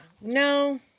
no